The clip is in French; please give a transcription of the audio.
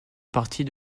partie